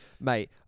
mate